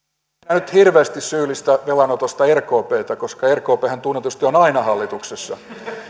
nyt hirveästi syyllistä velanotosta rkptä koska rkphän tunnetusti on on aina hallituksessa